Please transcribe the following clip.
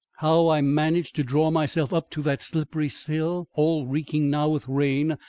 how i managed to draw myself up to that slippery sill all reeking now with rain,